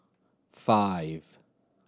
five